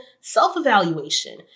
self-evaluation